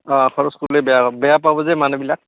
অঁ খৰচ কৰলে বেয়া বেয়া পাব যে মানুবিলাক